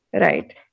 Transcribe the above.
right